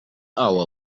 hour